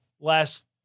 Last